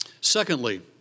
Secondly